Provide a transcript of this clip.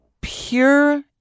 pure